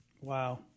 Wow